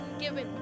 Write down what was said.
given